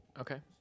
Okay